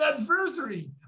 adversary